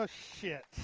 ah shit.